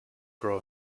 grow